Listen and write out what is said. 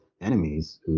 enemies